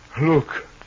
look